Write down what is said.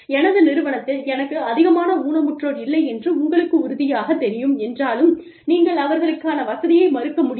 எனது நிறுவனத்தில் எனக்கு அதிகமான ஊனமுற்றோர் இல்லை என்று உங்களுக்கு உறுதியாகத் தெரியும் என்றாலும் நீங்கள் அவர்களுக்கான வசதியை மறுக்க முடியாது